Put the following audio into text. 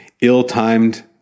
ill-timed